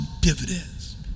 dividends